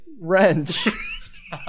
wrench